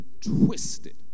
twisted